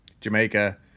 jamaica